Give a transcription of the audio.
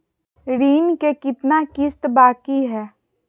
ऋण के कितना किस्त बाकी है?